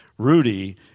Rudy